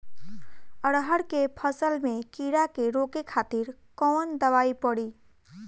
अरहर के फसल में कीड़ा के रोके खातिर कौन दवाई पड़ी?